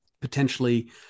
potentially